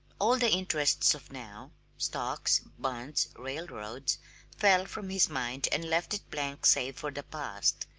all the interests of now stocks, bonds, railroads fell from his mind and left it blank save for the past.